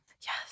Yes